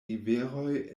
riveroj